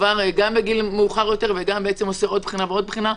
בגיל מאוחר יותר ועושה עוד בחינה ועוד בחינה.